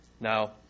Now